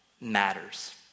matters